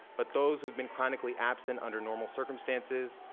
but those who have been chronically absent under normal circumstances,